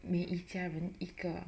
每家人一个